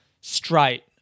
straight